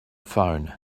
phone